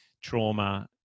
trauma